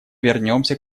вернемся